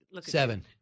Seven